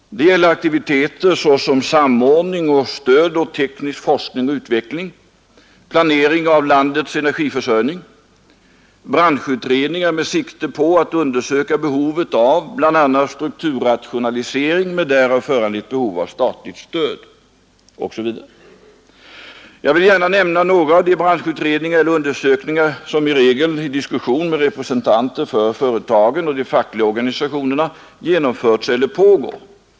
Det gäller aktiviteter såsom samordning och stöd åt teknisk forskning och utveckling, planering av landets energiförsörjning, branschutredningar med sikte på att undersöka behovet av bl.a. strukturrationalisering med därav föranlett behov av statligt stöd, osv. Jag vill gärna nämna några av de branschutredningar eller undersökningar, som i regel i diskussioner med representanter för företagen och de fackliga organisationerna genomförts eller pågår.